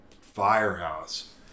firehouse